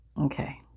Okay